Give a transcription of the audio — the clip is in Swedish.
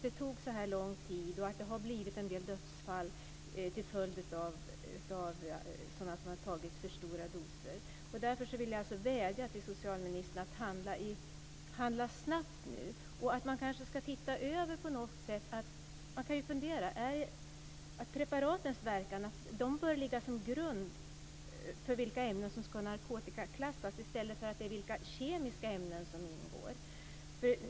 Det tog lång tid, och det har blivit en del dödsfall till följd av för stora doser. Därför vill jag vädja till socialministern att handla snabbt. Preparatens verkan bör ligga som grund för vilka ämnen som ska narkotikaklassas i stället för vilka kemiska ämnen som ingår.